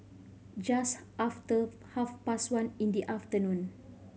just after half past one in the afternoon